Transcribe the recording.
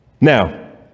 Now